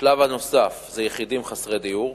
השלב הנוסף זה יחידים חסרי דיור,